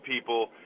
people